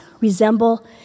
resemble